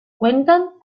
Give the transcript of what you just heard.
cuentan